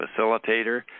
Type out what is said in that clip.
facilitator